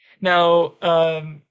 Now